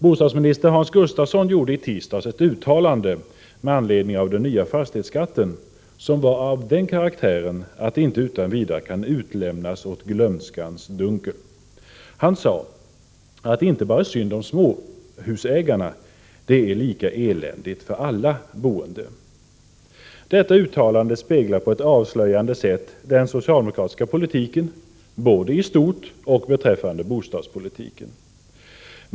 Bostadsminister Hans Gustafsson gjorde i tisdags ett uttalande med anledning av den nya fastighetsskatten som var av den karaktären att det inte utan vidare får utlämnas åt glömskans dunkel. Han sade att det inte bara är synd om småhusägarna. Det är lika eländigt för alla boende. Detta uttalande speglar på ett avslöjande sätt den socialdemokratiska politiken, både i stort och beträffande bostadspolitiken.